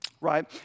right